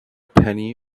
penny